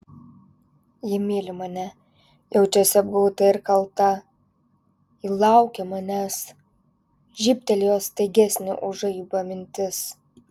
ji myli mane jaučiasi apgauta ir kalta ji laukia manęs žybtelėjo staigesnė už žaibą mintis